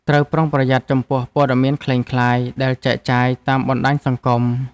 ត្រូវប្រុងប្រយ័ត្នចំពោះព័ត៌មានក្លែងក្លាយ ដែលចែកចាយតាមបណ្តាញសង្គម។